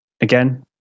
again